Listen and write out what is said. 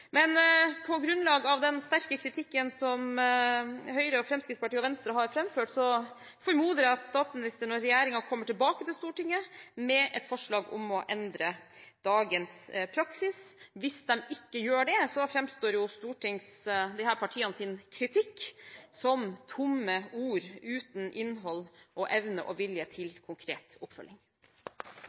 Men på grunnlag av den sterke kritikken som Høyre, Fremskrittspartiet og Venstre har framført, formoder jeg at statsministeren og regjeringen kommer tilbake til Stortinget med et forslag om å endre dagens praksis. Hvis de ikke gjør det, framstår disse partienes kritikk som tomme ord og uten innhold, og partiene som uten evne og vilje til konkret oppfølging.